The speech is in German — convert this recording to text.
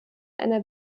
einer